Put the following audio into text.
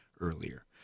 earlier